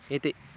इति